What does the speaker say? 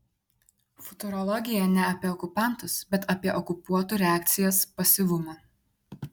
futurologija ne apie okupantus bet apie okupuotų reakcijas pasyvumą